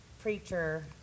preacher